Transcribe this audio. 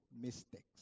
mistakes